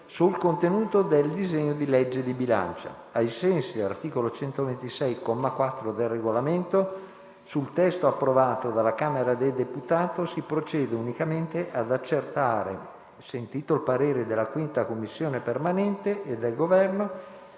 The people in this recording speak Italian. sul contenuto del disegno di legge di bilancio». Ai sensi della predetta disposizione, sul testo approvato dalla Camera dei deputati si procede unicamente ad accertare, sentito il parere della 5a Commissione permanente e del Governo,